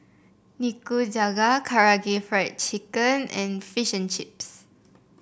Nikujaga Karaage Fried Chicken and Fish and Chips